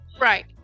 Right